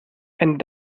and